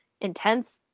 intense